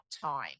time